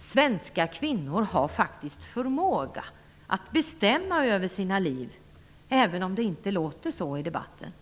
Svenska kvinnor har faktiskt förmåga att bestämma över sina liv, även om det inte låter så i debatten.